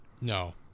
No